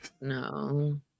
No